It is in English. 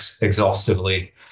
exhaustively